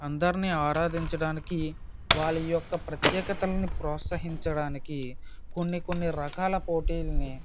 అందరిని ఆరాధించటానికి వాళ్ళ యొక్క ప్రత్యేకతలను ప్రోత్సహించడానికి కొన్ని కొన్ని రకాల పోటీలని